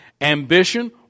ambition